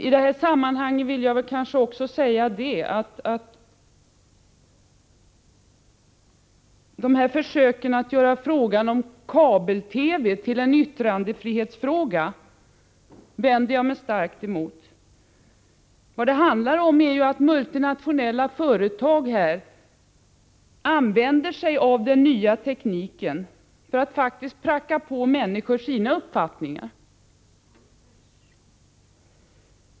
I detta sammanhang vill jag också säga att jag starkt vänder mig mot försöken att göra frågan om kabel-TV till en yttrandefrihetsfråga. Vad det handlar om är att multinationella företag använder sig av den nya tekniken för att faktiskt pracka på människor sina uppfattningar.